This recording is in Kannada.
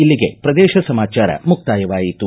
ಇಲ್ಲಿಗೆ ಪ್ರದೇಶ ಸಮಾಚಾರ ಮುಕ್ತಾಯವಾಯಿತು